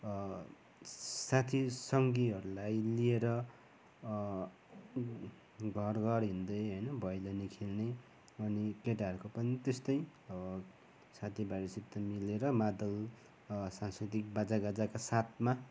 साथी सङ्गीहरूलाई लिएर घर घर हिड्दै होइन भैलिनी खेल्ने अनि केटाहरूको पनि त्यस्तै अब साथी भाइहरूसित मिलेर मादल सांस्कृतिक बाजागाजाको साथमा